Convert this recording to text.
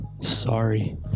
Sorry